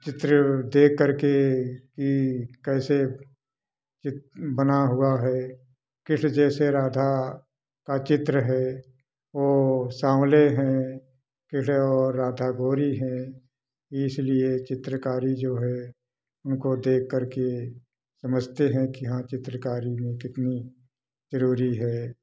चित्र देख करके कि कैसे चित्र बना हुआ है कृष्ण जैसे राधा का चित्र है वो सांवले हैं किशोर राधा गोरी है इसलिए चित्रकारी जो है उनको देख करके समझते है कि हाँ चित्रकारी में कितनी जरूरी है